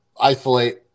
isolate